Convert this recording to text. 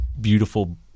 beautiful